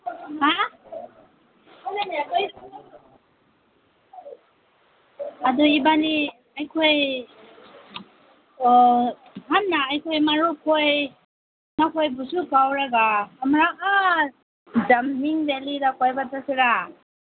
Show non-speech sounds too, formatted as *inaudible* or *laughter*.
ꯍꯥ *unintelligible* ꯑꯗꯣ ꯏꯕꯥꯟꯅꯤ ꯑꯩꯈꯣꯏ ꯁꯝꯅ ꯑꯩꯈꯣꯏ ꯃꯔꯨꯞꯈꯣꯏ ꯃꯈꯣꯏꯕꯨꯁꯨ ꯀꯧꯔꯒ ꯑꯃꯨꯔꯛ ꯀꯧꯔꯒ *unintelligible* ꯗꯦꯂꯤꯗ ꯀꯣꯏꯕ ꯆꯠꯁꯤꯔꯥ